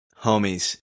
Homies